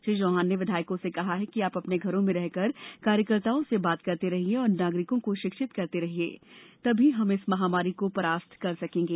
श्री चौहान ने विधायकों से कहा है कि आप अपने घरों में रहकर कार्यकर्ताओं से बात करते रहिये और नागरिकों को शिक्षित करते रहिये तभी हम इस महामारी को परास्त कर सकेंगे